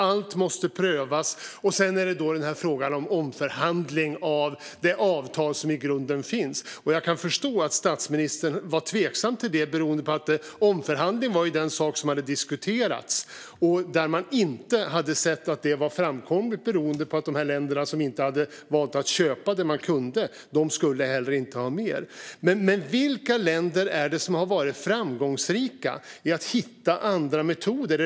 Allt måste prövas. Sedan handlar det om frågan om omförhandling av det avtal som i grunden finns. Jag kan förstå att statsministern var tveksam till det beroende på att omförhandling var det som hade diskuterats och där man inte hade sett att det var framkomligt på grund av att de länder som inte hade valt att köpa det som de kunde inte heller skulle ha mer. Men vilka länder är det som har varit framgångsrika i att hitta andra metoder?